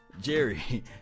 Jerry